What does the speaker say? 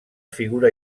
figura